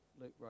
Luke